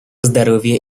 здоровье